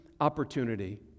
opportunity